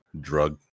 drug